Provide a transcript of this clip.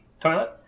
toilet